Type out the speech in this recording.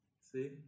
See